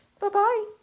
bye-bye